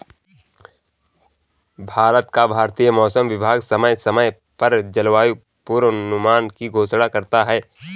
भारत का भारतीय मौसम विभाग समय समय पर जलवायु पूर्वानुमान की घोषणा करता है